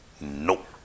Nope